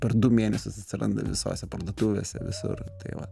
per du mėnesius atsiranda visose parduotuvėse visur tai vat